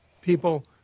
people